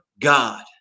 God